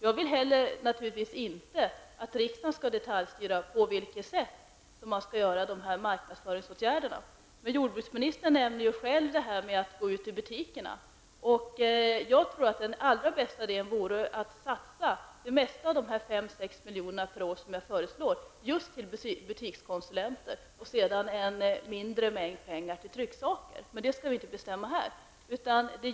Jag vill naturligtvis inte heller att riksdagen skall detaljstyra det sätt på vilket marknadsföringsåtgärderna skall genomföras. Men jordbruksministern nämnde ju själv möjligheten att gå ut till butikerna. Jag tror att det allra bästa vore att satsa det mesta av de 5--6 miljonerna på just butikskonsulenter samtidigt som det går mindre pengar till trycksaker. Det skall vi inte bestämma här.